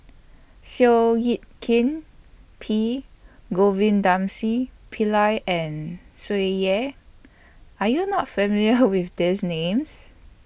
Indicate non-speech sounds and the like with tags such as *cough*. Seow Yit Kin P *unintelligible* Pillai and Tsung Yeh Are YOU not familiar with These Names